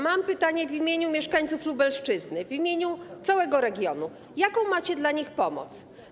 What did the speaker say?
Mam pytanie w imieniu mieszkańców Lubelszczyzny, w imieniu całego regionu: Jaką macie dla nich pomoc?